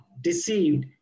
deceived